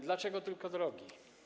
Dlaczego tylko drogi?